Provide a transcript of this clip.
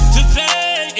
Today